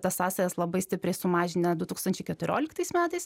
tas sąsajas labai stipriai sumažinę du tūkstančiai keturioliktais metais